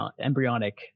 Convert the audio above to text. embryonic